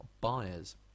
buyers